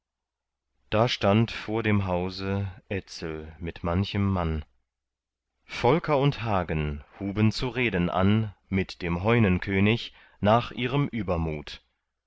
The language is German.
da stand vor dem hause etzel mit manchem mann volker und hagen huben zu reden an mit dem heunenkönig nach ihrem übermut